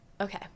Okay